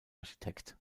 architekt